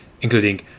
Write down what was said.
including